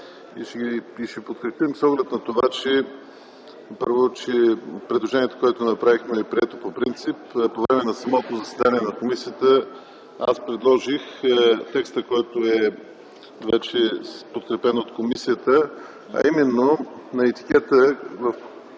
предложението с оглед на това, че първо предложението, което направихме, е прието по принцип. По време на самото заседание на комисията аз предложих текст, който вече е подкрепен от комисията, а именно на етикета на храните,